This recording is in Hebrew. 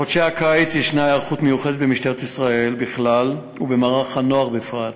לחודשי הקיץ יש היערכות מיוחדת במשטרת ישראל בכלל ובמערך הנוער בפרט,